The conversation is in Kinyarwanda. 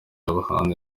abahanzi